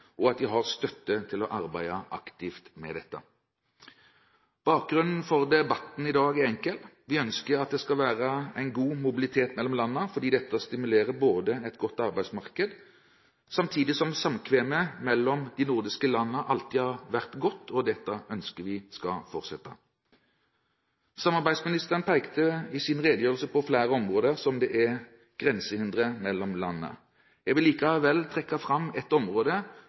og at de har støtte til å arbeide aktivt med dette. Bakgrunnen for debatten i dag er enkel: Vi ønsker at det skal være god mobilitet mellom landene. Dette stimulerer et godt arbeidsmarked, samtidig som samkvemmet mellom de nordiske landene alltid har vært godt. Dette ønsker vi skal fortsette. Samarbeidsministeren pekte i sin redegjørelse på flere områder der det er grensehindre mellom landene. Jeg vil likevel trekke fram et område